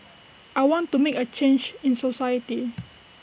I want to make A change in society